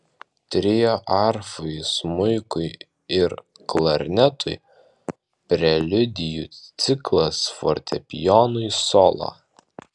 trio arfai smuikui ir klarnetui preliudijų ciklas fortepijonui solo